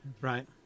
Right